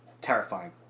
Terrifying